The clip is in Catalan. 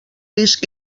risc